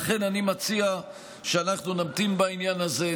לכן אני מציע שנמתין בעניין הזה,